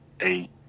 eight